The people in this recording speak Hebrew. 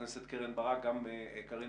הכנסת קרן ברק וגם חברת הכנסת קארין